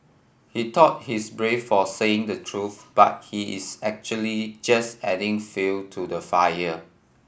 he thought he's brave for saying the truth but he is actually just adding fuel to the fire